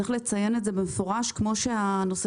צריך לציין את זה במפורש כפי שנושא